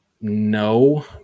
No